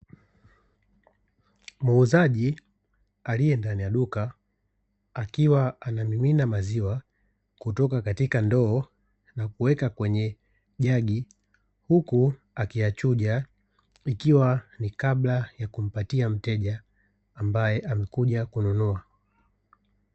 Muuzaji aliye ndani ya duka akiwa anamimina maziwa kutoka katika ndoo na kuweka kwenye jagi, huku akiyachuja ikiwa ni kabla ya kumpatia mteja ambaye alikuja kununua.